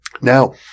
Now